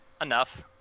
Enough